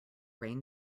rain